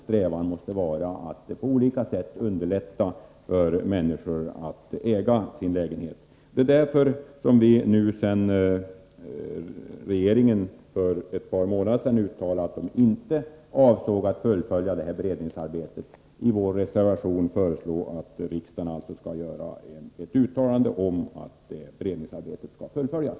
Strävan måste vara att på olika sätt underlätta för människor att äga sin lägenhet. Det är därför som vi nu, sedan regeringen för ett par månader sedan uttalade att den inte avsåg att fullfölja detta beredningsarbete, i vår reservation föreslår att riksdagen skall göra ett uttalande om att beredningsarbetet skall fullföljas.